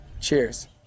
Cheers